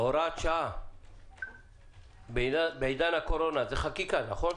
הוראת שעה בעידן הקורונה זו חקיקה, נכון?